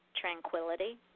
tranquility